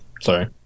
sorry